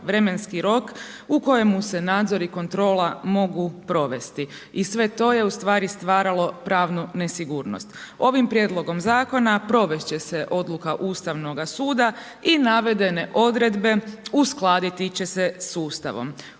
vremenski rok u kojima se nadzori i kontrola mogu provesti i sve to je ustvari stvaralo pravnu nesigurnost. Ovim prijedlogom zakona, provesti će se odluka Ustavnoga suda i navedene odredbe uskladiti će se s Ustavom.